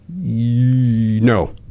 No